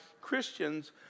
Christians